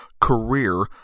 career